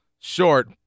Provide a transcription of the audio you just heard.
Short